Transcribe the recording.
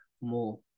more